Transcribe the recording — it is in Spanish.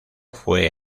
fue